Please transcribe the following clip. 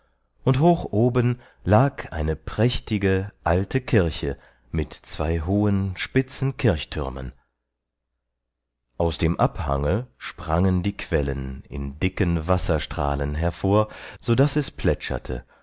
und hoch oben lag eine prächtige alte kirche mit zwei hohen spitzen kirchtürmen aus dem abhange sprangen die quellen in dicken wasserstrahlen hervor sodaß es plätscherte